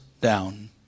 down